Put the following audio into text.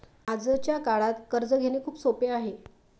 आजच्या काळात कर्ज घेणे खूप सोपे आहे